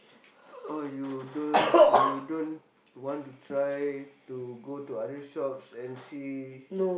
oh you don't you don't want to try to go to other shops and see